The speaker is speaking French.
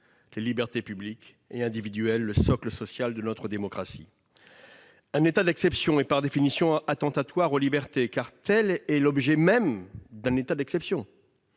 les libertés publiques et individuelles, le socle social de notre démocratie. Un état d'exception est par définition attentatoire aux libertés- tel est l'objet même d'un état d'exception.